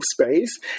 space